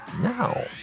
Now